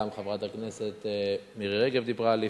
וגם חברת הכנסת מירי רגב דיברה על ליפתא.